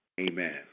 Amen